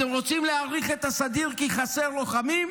אתם רוצים להאריך את הסדיר כי חסר לוחמים?